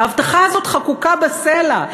ההבטחה הזאת חקוקה בסלע,